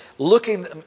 looking